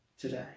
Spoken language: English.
today